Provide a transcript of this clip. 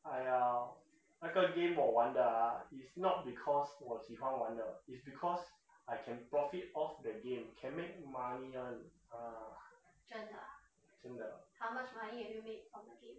!aiya! 那个 game 我玩的啊 is not because 我喜欢玩的 is because I can profit off the game can make money [one] ah 真的